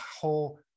whole